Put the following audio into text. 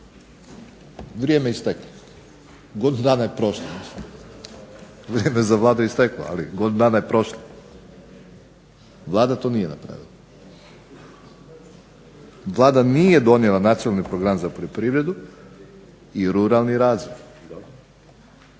vrijeme isteklo, godinu dana prošlo. Vrijeme je za Vladu isteklo, ali godinu dana je prošlo. Vlada to nije napravila. Vlada nije donijela Nacionalni plan za poljoprivredu i ruralni razvoj